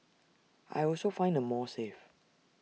I also find the mall safe